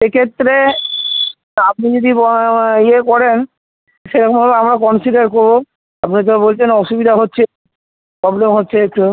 সেক্ষেত্রে আপনি যদি ইয়ে করেন সেরকমভাবে আমরা কন্সিডার করবো আপনার যা বলছেন অসুবিধা হচ্ছে প্রবলেম হচ্ছে তো একটু